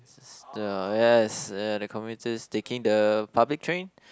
the yes ya the commuters taking the public train